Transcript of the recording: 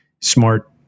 smart